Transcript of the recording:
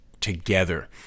together